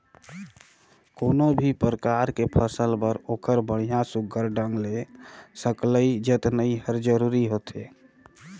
कोनो भी परकार के फसल बर ओखर बड़िया सुग्घर ढंग ले सकलई जतनई हर जरूरी होथे